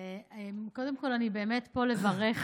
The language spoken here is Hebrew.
קודם כול, אני באמת פה לברך